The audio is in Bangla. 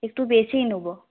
একটু বেশিই নেব